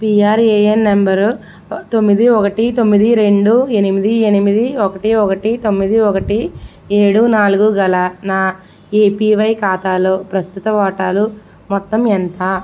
PRAN number తొమ్మిది ఒకటి తొమ్మిది రెండు ఎనిమిది ఎనిమిది ఒకటి ఒకటి తొమ్మిది ఒకటి ఏడు నాలుగు గల నా ఏపివై ఖాతాలో ప్రస్తుత వాటాలు మొత్తం ఎంత